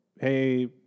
Hey